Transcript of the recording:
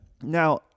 Now